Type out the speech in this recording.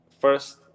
first